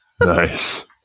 Nice